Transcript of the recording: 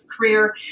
career